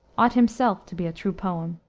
ought himself to be a true poem.